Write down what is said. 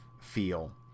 feel